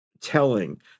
telling